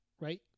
Right